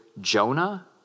Jonah